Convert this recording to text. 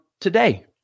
today